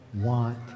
want